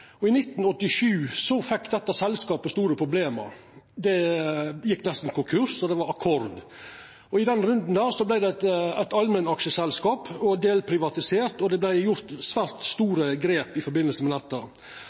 industri. I 1987 fekk dette selskapet store problem. Det gjekk nesten konkurs, og det var akkord. I den runden vart det eit allmennaksjeselskap og delprivatisert, og det vart gjort svært store grep i forbindelse med dette.